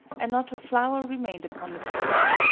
and not a flower remained upon its stem.